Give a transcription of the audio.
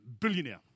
billionaire